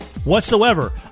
Whatsoever